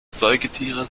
säugetiere